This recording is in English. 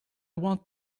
want